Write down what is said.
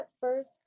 first